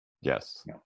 Yes